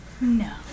No